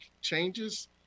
changes